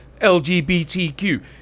LGBTQ